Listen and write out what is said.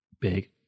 big